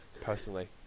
personally